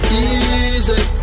Easy